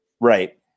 Right